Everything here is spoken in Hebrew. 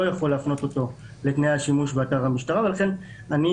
יכול להפנות אותו לתנאי השימוש באתר המשטרה ולכן אני